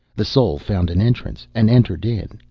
the soul found an entrance and entered in,